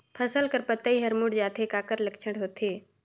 फसल कर पतइ हर मुड़ जाथे काकर लक्षण होथे?